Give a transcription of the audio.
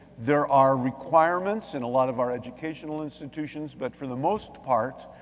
there are requirements in a lot of our educational institutions, but for the most part,